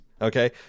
Okay